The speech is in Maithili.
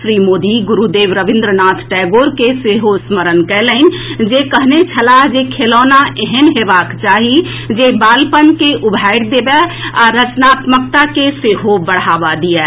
श्री मोदी गुरूदेव रविंद्र नाथ टैगोर के सेहो स्मरण कएलनि जे कहने छलाह जे खेलौना एहेन हेबाक चाही जे बालपन के उभारि देबए आ रचनात्मकता के सेहो बढ़ावा दिअए